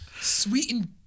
sweetened